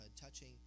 touching